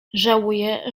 żałuję